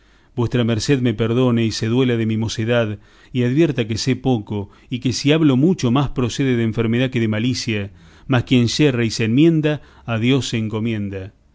vuestra merced me perdone y se duela de mi mocedad y advierta que sé poco y que si hablo mucho más procede de enfermedad que de malicia mas quien yerra y se enmienda a dios se encomienda